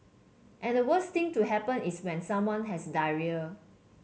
and the worst thing to happen is when someone has diarrhoea